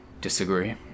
...disagree